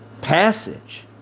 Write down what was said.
passage